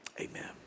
amen